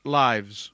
lives